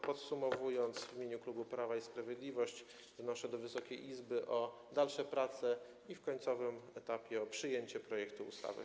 Podsumowując, w imieniu klubu Prawo i Sprawiedliwość wnoszę do Wysokiej Izby o dalsze prace i w końcowym etapie o przyjęcie projektu ustawy.